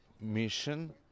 mission